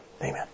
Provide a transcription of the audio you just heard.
Amen